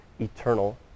eternal